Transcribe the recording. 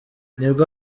nubwo